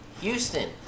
Houston